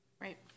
Right